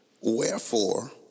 Wherefore